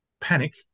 panic